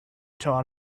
taught